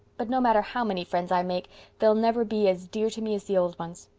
but no matter how many friends i make they'll never be as dear to me as the old ones.